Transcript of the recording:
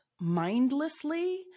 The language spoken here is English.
mindlessly